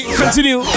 continue